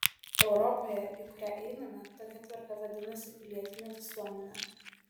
europoje į kurią einame tokia tvarka vadinasi pilietine visuomene